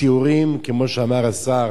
סיורים, כמו שאמר השר,